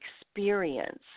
experience